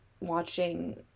watching